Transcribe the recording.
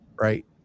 right